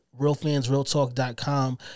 realfansrealtalk.com